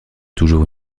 toujours